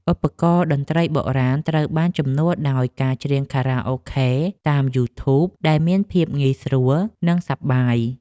ឧបករណ៍តន្ត្រីបុរាណត្រូវបានជំនួសដោយការច្រៀងខារ៉ាអូខេតាមយូធូបដែលមានភាពងាយស្រួលនិងសប្បាយ។